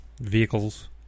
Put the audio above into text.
vehicles